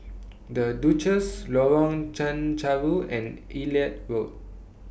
The Duchess Lorong Chencharu and Elliot Road